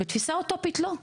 בתפיסה אוטופית לא,